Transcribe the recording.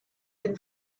been